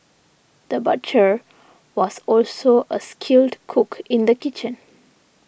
the butcher was also a skilled cook in the kitchen